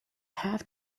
have